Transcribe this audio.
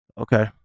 Okay